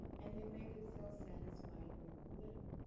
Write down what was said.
and they made themselves satisfied with little.